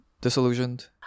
disillusioned